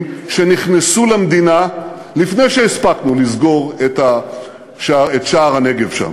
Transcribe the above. שנכנסו למדינה לפני שהספקנו לסגור את שער הנגב שם.